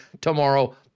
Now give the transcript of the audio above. tomorrow